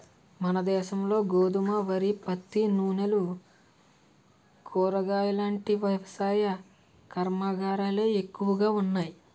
మనదేశంలో గోధుమ, వరి, పత్తి, నూనెలు, కూరగాయలాంటి వ్యవసాయ కర్మాగారాలే ఎక్కువగా ఉన్నాయి